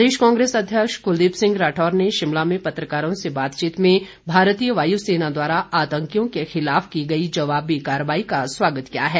प्रदेश कांग्रेस अध्यक्ष कुलदीप सिंह राठौर ने शिमला में पत्रकारों से बातचीत में भारतीय वायुसेना द्वारा आतंकियों के खिलाफ की गई जवाबी कार्रवाई का स्वागत किया है